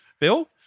Bill